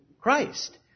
Christ